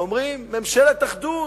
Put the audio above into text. ואומרים: ממשלת אחדות